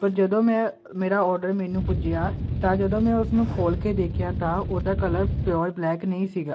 ਪਰ ਜਦੋਂ ਮੈਂ ਮੇਰਾ ਓਡਰ ਮੈਨੂੰ ਪੁੱਜਿਆ ਤਾਂ ਜਦੋਂ ਮੈਂ ਉਸਨੂੰ ਖੋਲ ਕੇ ਦੇਖਿਆ ਤਾਂ ਉਹਦਾ ਕਲਰ ਪਿਓਰ ਬਲੈਕ ਨਈਂ ਸੀਗਾ